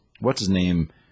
What's-His-Name